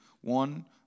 one